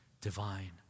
divine